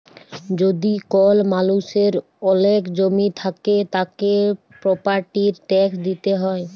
যদি কল মালুষের ওলেক জমি থাক্যে, তাকে প্রপার্টির ট্যাক্স দিতে হ্যয়